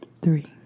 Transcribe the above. three